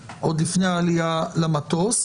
מאשרים עם שינויי נוסח ולא נהסס להשתמש בסמכות הזו.